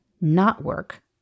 not-work